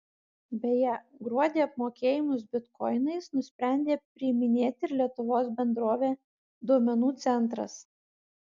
beje gruodį apmokėjimus bitkoinais nusprendė priiminėti ir lietuvos bendrovė duomenų centras